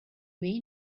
may